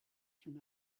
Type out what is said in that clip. from